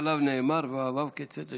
עליו נאמר: ואוהביו כצאת השמש.